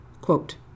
Quote